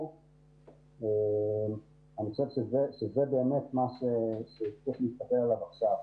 אני חושב שזה באמת מה שצריך להסתכל עליו עכשיו.